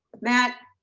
matt.